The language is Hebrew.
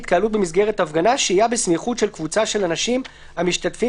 "התקהלות במסגרת הפגנה" שהייה בסמיכות של קבוצה של אנשים המשתתפים